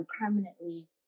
permanently